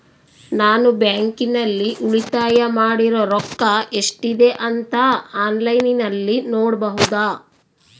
ನಾನು ಬ್ಯಾಂಕಿನಲ್ಲಿ ಉಳಿತಾಯ ಮಾಡಿರೋ ರೊಕ್ಕ ಎಷ್ಟಿದೆ ಅಂತಾ ಆನ್ಲೈನಿನಲ್ಲಿ ನೋಡಬಹುದಾ?